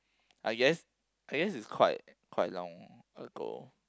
I guess I guess is quite quite long ago